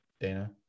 Dana